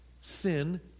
Sin